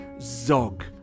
Zog